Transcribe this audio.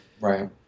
right